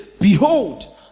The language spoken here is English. Behold